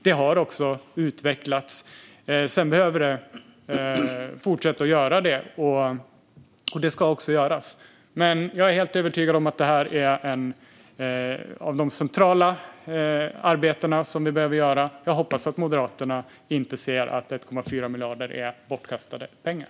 Det har också utvecklats. Det behöver fortsätta att utvecklas, och det ska det också göra. Men jag är helt övertygad om att detta är ett av de centrala arbeten som vi behöver göra. Jag hoppas att Moderaterna inte anser att 1,4 miljarder är bortkastade pengar.